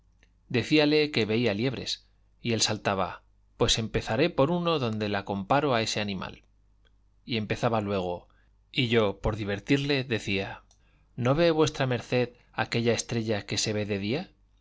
decíale que veía liebres y él saltaba pues empezaré por uno donde la comparo a ese animal y empezaba luego y yo por divertirle decía no ve v md aquella estrella que se ve de día